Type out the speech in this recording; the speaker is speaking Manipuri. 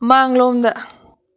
ꯃꯥꯡꯂꯣꯝꯗ